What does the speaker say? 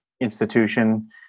institution